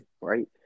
right